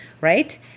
right